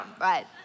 right